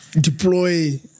deploy